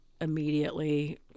immediately